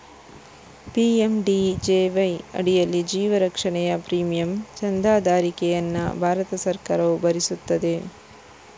PMJDY ಅಡಿಯಲ್ಲಿ ಜೀವ ರಕ್ಷಣೆಯ ಪ್ರೀಮಿಯಂ ಚಂದಾದಾರಿಕೆಯನ್ನು ಭಾರತ ಸರ್ಕಾರವು ಭರಿಸುತ್ತದೆ